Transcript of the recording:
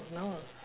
no